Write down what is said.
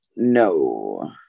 No